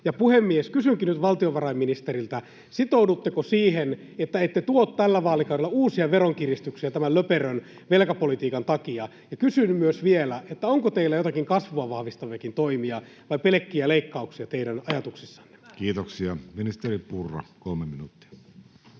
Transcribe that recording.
Puhemies! Kysynkin nyt valtiovarainministeriltä: sitoudutteko siihen, että ette tuo tällä vaalikaudella uusia veronkiristyksiä tämän löperön velkapolitiikan takia? Ja kysyn myös vielä: onko teillä joitakin kasvua vahvistaviakin toimia vai pelkkiä leikkauksia teidän ajatuksissanne? Kiitoksia. — Ministeri Purra, kolme minuuttia.